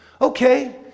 Okay